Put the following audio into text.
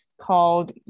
called